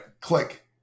click